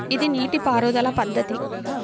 ఇది నీటిపారుదల పద్ధతి